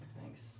Thanks